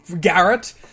Garrett